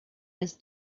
his